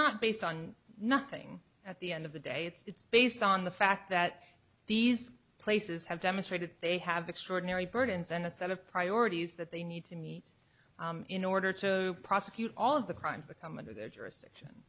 not based on nothing at the end of the day it's based on the fact that these places have demonstrated they have extraordinary burdens and a set of priorities that they need to meet in order to prosecute all of the crimes to come under their jurisdiction